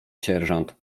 sierżant